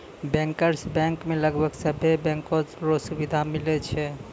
bankers bank मे लगभग सभे बैंको रो सुविधा मिलै छै